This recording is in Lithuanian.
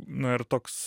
na ir toks